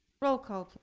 roll call.